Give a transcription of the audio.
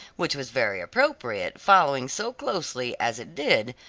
which was very appropriate, following so closely, as it did,